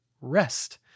rest